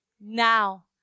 Now